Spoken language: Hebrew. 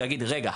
של להגיד: רגע,